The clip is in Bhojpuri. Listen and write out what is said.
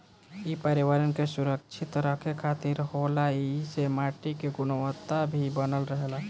इ पर्यावरण के सुरक्षित रखे खातिर होला ऐइसे माटी के गुणवता भी बनल रहेला